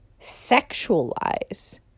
sexualize